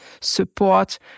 support